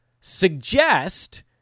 suggest